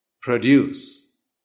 produce